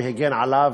והגן עליו,